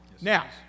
Now